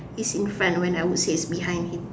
is in front when I would say it's behind him